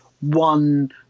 one